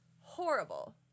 Horrible